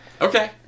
Okay